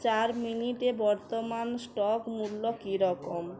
চার মিনিটে বর্তমান স্টক মূল্য কীরকম